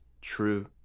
true